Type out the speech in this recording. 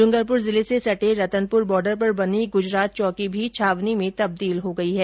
डूंगरपुर जिले से सटे रतनपुर बॉर्डर पर बनी गुजरात चौकी भी छावनी में तब्दील हो गई है